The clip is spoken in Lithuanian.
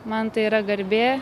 man tai yra garbė